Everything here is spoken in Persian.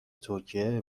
ترکیه